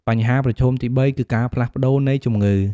បញ្ហាប្រឈមទីបីគឺការផ្លាស់ប្តូរនៃជំងឺ។